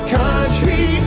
country